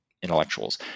intellectuals